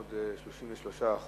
עוד 33%